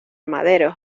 maderos